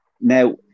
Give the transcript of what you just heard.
Now